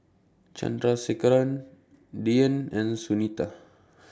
Chandrasekaran Dhyan and Sunita